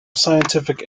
scientific